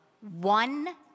one